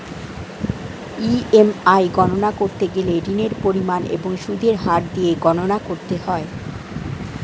EMI গণনা করতে গেলে ঋণের পরিমাণ এবং সুদের হার দিয়ে গণনা করতে হয়